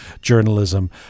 journalism